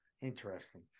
Interesting